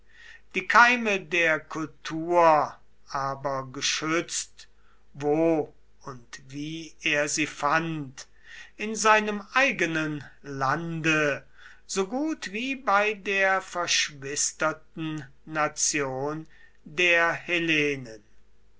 die keime der kultur aber geschützt wo und wie er sie fand in seinem eigenen lande so gut wie bei der verschwisterten nation der hellenen